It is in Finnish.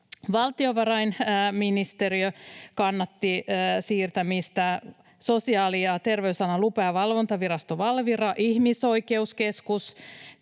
valtiovarainministeriö, Sosiaali- ja terveysalan lupa- ja valvontavirasto eli Valvira, Ihmisoikeuskeskus,